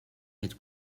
had